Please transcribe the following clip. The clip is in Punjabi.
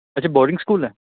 ਅੱਛਾ ਬੋਰਡਿੰਗ ਸਕੂਲ ਹੈ